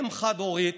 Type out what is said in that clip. אם חד-הורית.